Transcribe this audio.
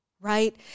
right